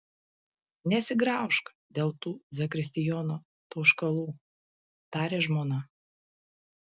nesigraužk dėl tų zakristijono tauškalų tarė žmona